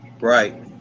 right